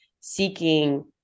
seeking